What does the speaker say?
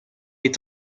est